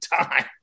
time